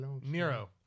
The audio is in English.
Nero